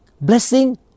blessing